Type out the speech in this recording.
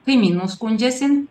kaimynų skundžiasi